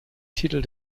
titel